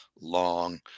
long